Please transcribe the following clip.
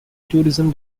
tourism